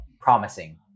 promising